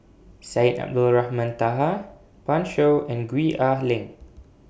Syed Abdulrahman Taha Pan Shou and Gwee Ah Leng